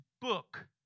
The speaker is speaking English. book